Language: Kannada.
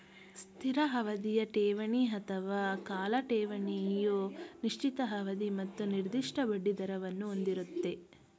ಸ್ಥಿರ ಅವಧಿಯ ಠೇವಣಿ ಅಥವಾ ಕಾಲ ಠೇವಣಿಯು ನಿಶ್ಚಿತ ಅವಧಿ ಮತ್ತು ನಿರ್ದಿಷ್ಟ ಬಡ್ಡಿದರವನ್ನು ಹೊಂದಿರುತ್ತೆ